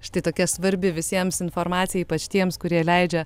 štai tokia svarbi visiems informacija ypač tiems kurie leidžia